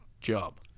job